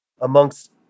amongst